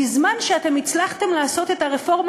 בזמן שאתם הצלחתם לעשות את הרפורמה